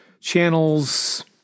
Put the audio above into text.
channels